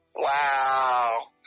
Wow